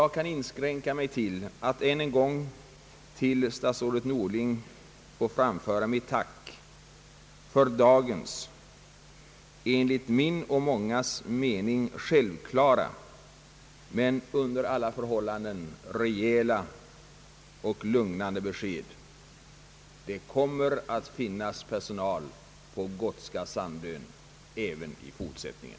Jag kan inskränka mig till att än en gång till statsrådet Norling framföra mitt tack för dagens enligt min och mångas mening självklara, men under alla förhållanden rejäla och lugnande besked: det kommer att finnas personal på Gotska Sandön även i fortsättningen.